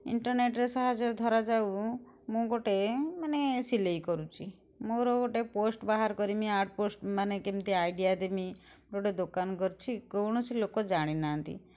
ଇଣ୍ଟର୍ନେଟ୍ରେ ସାହାଯ୍ୟ ଧରା ଯାଉ ମୁଁ ଗୋଟେ ମାନେ ସିଲେଇ କରୁଛି ମୋର ଗୋଟେ ପୋଷ୍ଟ ବାହାର କରିମି ଆଡ଼୍ ପୋଷ୍ଟ ମାନେ କେମିତି ଆଇଡି଼ୟା ଦେମି ଗୋଟେ ଦୋକାନ କରିଛି କୌଣସି ଲୋକ ଜାଣି ନାହାଁନ୍ତି